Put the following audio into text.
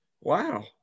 wow